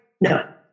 no